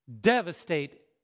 devastate